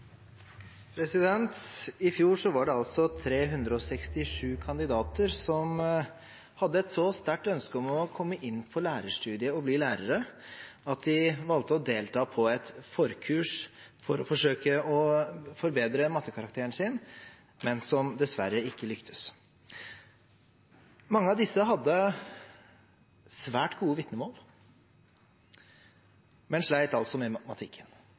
I fjor var det altså 367 kandidater som hadde et så sterkt ønske om å komme inn på lærerstudiet og bli lærere, at de valgte å delta på et forkurs for å forsøke å forbedre mattekarakteren sin, men som dessverre ikke lyktes. Mange av disse hadde svært gode vitnemål, men slet altså